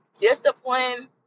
discipline